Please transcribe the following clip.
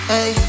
Hey